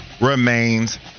remains